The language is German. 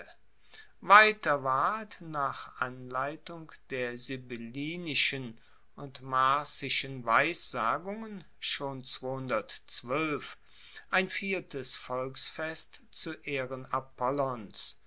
weiter ward nach anleitung der sibyllinischen und marcischen weissagungen schon ein viertes volksfest zu ehren